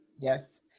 Yes